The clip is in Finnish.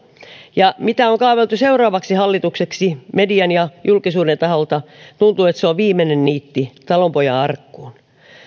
ja mitä on kaavailtu seuraavaksi hallitukseksi median ja julkisuuden taholta tuntuu että se on viimeinen niitti talonpojan arkkuun